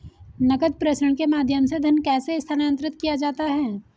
नकद प्रेषण के माध्यम से धन कैसे स्थानांतरित किया जाता है?